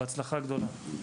בהצלחה גדולה.